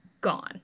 gone